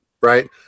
right